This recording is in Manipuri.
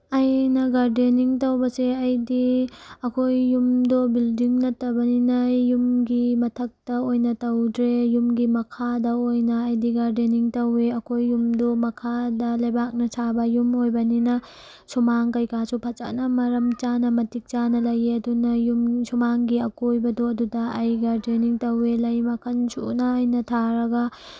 ꯑꯩꯅ ꯒꯥꯔꯗꯦꯅꯤꯡ ꯇꯧꯕꯁꯦ ꯑꯩꯗꯤ ꯑꯩꯈꯣꯏ ꯌꯨꯝꯗꯣ ꯕꯤꯜꯗꯤꯡ ꯅꯠꯇꯕꯅꯤꯅ ꯑꯩ ꯌꯨꯝꯒꯤ ꯃꯊꯛꯇ ꯑꯣꯏꯅ ꯇꯧꯗ꯭ꯔꯦ ꯌꯨꯝꯒꯤ ꯃꯈꯥꯗ ꯑꯣꯏꯅ ꯑꯩꯗꯤ ꯒꯥꯔꯗꯦꯅꯤꯡ ꯇꯧꯋꯦ ꯑꯩꯈꯣꯏ ꯌꯨꯝꯗꯣ ꯃꯈꯥꯗ ꯂꯩꯕꯥꯛꯅ ꯁꯥꯕ ꯌꯨꯝ ꯑꯣꯏꯕꯅꯤꯅ ꯁꯨꯃꯥꯡ ꯀꯩꯀꯥꯁꯨ ꯐꯖꯅ ꯃꯔꯝ ꯆꯥꯅ ꯃꯇꯤꯛ ꯆꯥꯅ ꯂꯩꯌꯦ ꯑꯗꯨꯅ ꯌꯨꯝ ꯁꯨꯃꯥꯡꯒꯤ ꯑꯀꯣꯏꯕꯗꯣ ꯑꯗꯨꯗ ꯑꯩ ꯒꯥꯔꯗꯦꯅꯤꯡ ꯇꯧꯋꯦ ꯂꯩ ꯃꯈꯜ ꯁꯨꯅ ꯑꯩꯅ ꯊꯥꯔꯒ